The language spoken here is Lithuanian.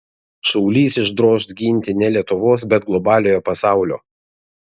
šaulys išdroš ginti ne lietuvos bet globaliojo pasaulio